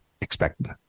expected